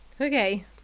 Okay